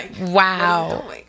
wow